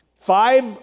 five